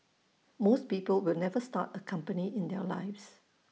most people will never start A company in their lives